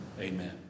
Amen